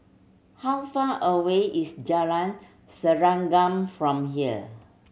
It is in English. how far away is Jalan Serengam from here